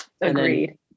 Agreed